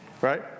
Right